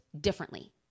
differently